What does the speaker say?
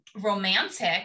romantic